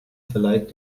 verleiht